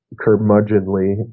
curmudgeonly